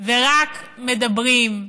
ורק מדברים,